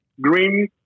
green